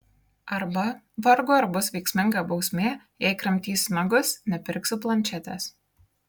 arba vargu ar bus veiksminga bausmė jei kramtysi nagus nepirksiu planšetės